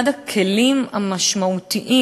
אחד הכלים המשמעותיים